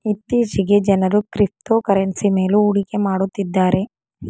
ಇತ್ತೀಚೆಗೆ ಜನರು ಕ್ರಿಪ್ತೋಕರೆನ್ಸಿ ಮೇಲು ಹೂಡಿಕೆ ಮಾಡುತ್ತಿದ್ದಾರೆ